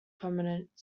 permanent